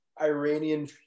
Iranian